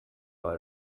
are